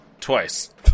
Twice